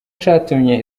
catumye